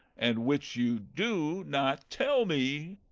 and which you do not tell me.